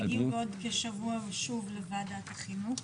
שיגיעו בעוד כשבוע שוב לוועדת החינוך